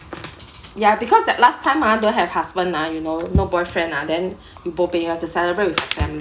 ya because that last time ah don't have husband ah you know no boyfriend lah then you bo pian have to celebrate with family